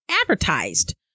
advertised